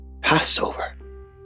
Passover